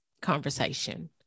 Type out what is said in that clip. conversation